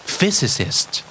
Physicist